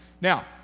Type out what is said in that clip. Now